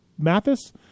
Mathis